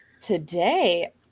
today